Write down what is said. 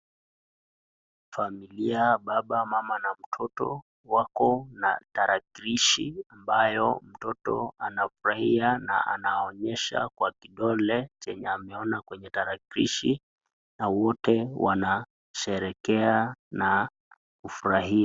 Familia baba mama na mtoto wako na tarakilishi ambayo mtoto anafurahia na anaonyesha kwa kidole chenye anaona kwenye tarakilishi na wote wanasherehekea na kufurahia.